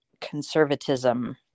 conservatism